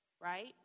Right